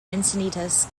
encinitas